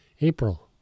April